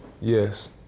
Yes